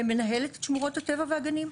שמנהלת שמורות הטבע והגנים.